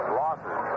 losses